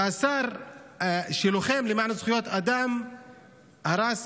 והשר הלוחם למען זכויות אדם הרס,